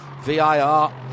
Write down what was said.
VIR